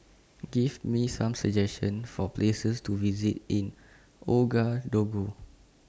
Give Me Some suggestions For Places to visit in Ouagadougou